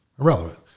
Irrelevant